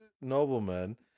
noblemen